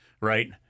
right